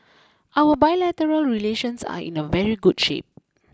our bilateral relations are in a very good shape